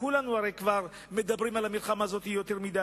כולנו הרי כבר מדברים על המלחמה הזאת יותר מדי.